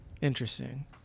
Interesting